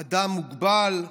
אדם מוגבל.